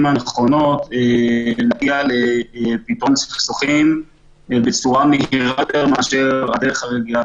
הנכונות לפתרון סכסוכים בצורה מהירה יותר מאשר הדרך הרגילה